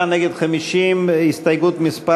בעד, 36, נגד 50. הסתייגות מס'